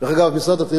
משרד התיירות אז,